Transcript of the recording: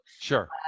Sure